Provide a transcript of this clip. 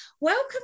welcome